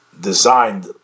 designed